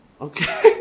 okay